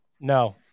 no